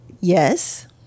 Yes